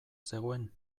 zegoen